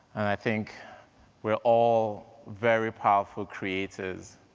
think we're all very powerful creators.